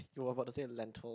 you about to say land tour